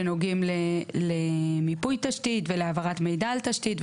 שנוגעות למיפוי תשתית ולהעברת מידע על תשתית,